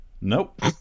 Nope